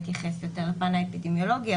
להתייחס יותר לפן האפידמיולוגי,